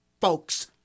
folks